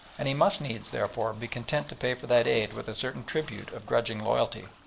and he must needs, therefore, be content to pay for that aid with a certain tribute of grudging loyalty.